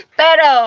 pero